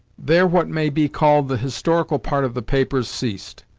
there what may be called the historical part of the papers ceased.